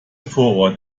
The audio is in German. vorort